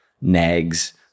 nags